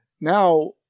now